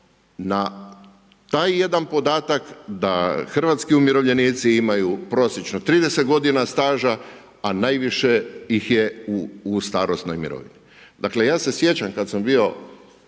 na taj jedan podatak da hrvatski umirovljenici imaju prosječno 30 godina staža, a najviše ih je u starosnoj mirovini. Dakle, ja se sjećam kad sam bio